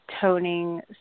toning